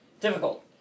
Difficult